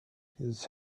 his